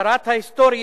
שר התחבורה,